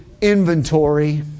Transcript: inventory